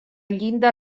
llinda